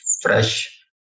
fresh